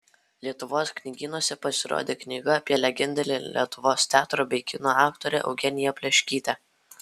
lietuvos knygynuose pasirodė knyga apie legendinę lietuvos teatro bei kino aktorę eugeniją pleškytę